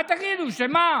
מה תגידו, שמה,